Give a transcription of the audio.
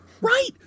Right